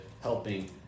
helping